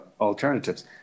alternatives